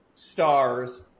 stars